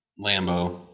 Lambo